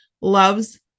Loves